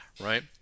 right